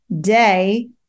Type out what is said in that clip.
day